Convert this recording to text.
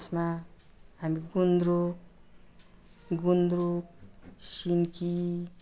त्यसमा हामी गुन्द्रुक गुन्द्रुक सिन्की